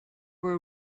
were